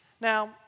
Now